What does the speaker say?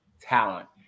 talent